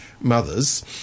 mothers